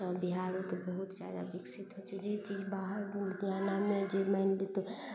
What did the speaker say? तऽ बिहारोके बहुत जादा विकसित होइ छै जे चीज बाहर लुधियानामे जे मानि लेतौ